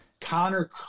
Connor